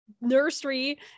nursery